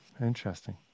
Interesting